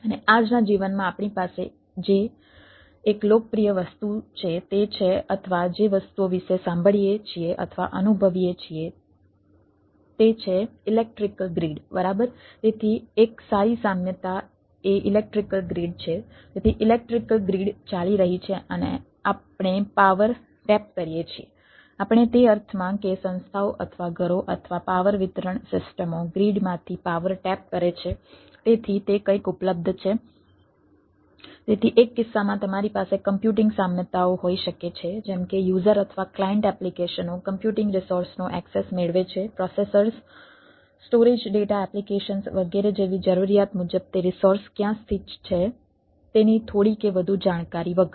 અને આજના જીવનમાં આપણી પાસે જે એક લોકપ્રિય વસ્તુ છે તે છે અથવા જે વસ્તુઓ વિશે સાંભળીએ છીએ અથવા અનુભવીએ છીએ તે છે electrical grid storage data applications વગેરે જેવી જરૂરીયાત મુજબ તે રિસોર્સ ક્યાં સ્થિત છે તેની થોડી કે વધુ જાણકારી વગર